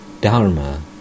Dharma